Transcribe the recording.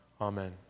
Amen